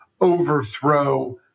overthrow